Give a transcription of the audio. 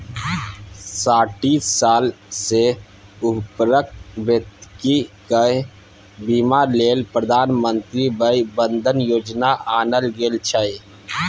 साठि साल सँ उपरक बेकती केर बीमा लेल प्रधानमंत्री बय बंदन योजना आनल गेल छै